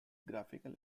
graphical